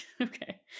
Okay